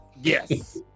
yes